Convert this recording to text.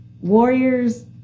Warriors